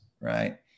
right